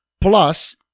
plus